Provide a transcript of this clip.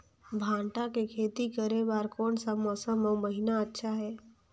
भांटा के खेती करे बार कोन सा मौसम अउ महीना अच्छा हे?